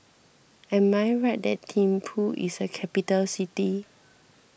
am I right that Thimphu is a capital city